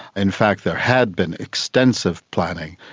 in fact there had been extensive planning,